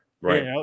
Right